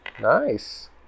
Nice